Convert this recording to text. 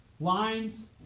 Lines